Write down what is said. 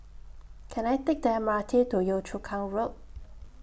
Can I Take The M R T to Yio Chu Kang Road